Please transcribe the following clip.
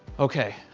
okay.